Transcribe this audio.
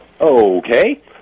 Okay